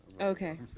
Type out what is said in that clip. Okay